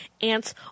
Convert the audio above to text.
ants